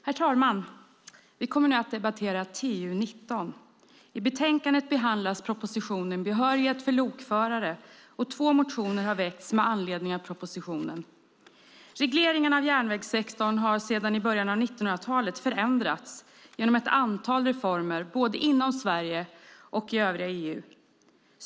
Herr talman! Vi kommer nu att debattera trafikutskottets betänkande 19. I betänkandet behandlas propositionen Behörighet för lokförare , och två motioner har väckts med anledning av propositionen. Regleringen av järnvägssektorn har sedan början av 1990-talet förändrats genom ett antal reformer både inom Sverige och i övriga EU.